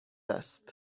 است